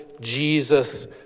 Jesus